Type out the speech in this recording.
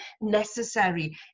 necessary